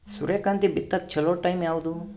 ಸೂರ್ಯಕಾಂತಿ ಬಿತ್ತಕ ಚೋಲೊ ಟೈಂ ಯಾವುದು?